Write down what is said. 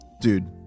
dude